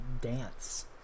dance